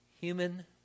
Human